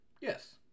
Yes